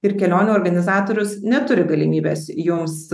ir kelionių organizatorius neturi galimybės jums